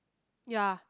ya